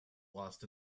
lost